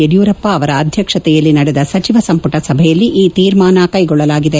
ಯಡಿಯೂರಪ್ಪ ಅವರ ಅಧ್ಯಕ್ಷತೆಯಲ್ಲಿ ನಡೆದ ಸಚವ ಸಂಪುಟ ಸಭೆಯಲ್ಲಿ ಈ ತೀರ್ಮಾನ ಕೈಗೊಳ್ಳಲಾಗಿದೆ